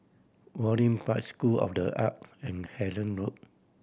Waringin Park School of The Art and Hendon Road